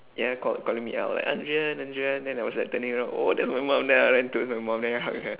ya call~ calling me out like andrian andrian then I was like turning around oh that's my mum then I ran to my mum then I hug her